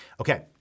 Okay